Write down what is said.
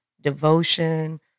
devotion